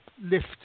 lift